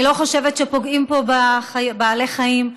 אני לא חושבת שפוגעים פה בבעלי חיים.